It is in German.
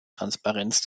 transparenz